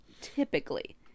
Typically